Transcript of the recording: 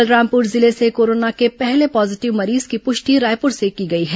बलरामपुर जिले से कोरोना का पहला पॉजीटिव मरीज की पुष्टि रायपुर से की गई है